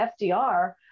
FDR